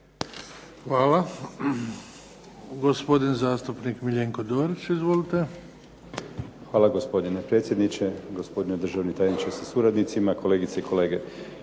Hvala. Gospodin zastupnik Miljenko Dorić. Izvolite. **Dorić, Miljenko (HNS)** Hvala, gospodine predsjedniče. Gospodine državni tajniče sa suradnicima. Kolegice i kolege.